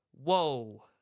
Whoa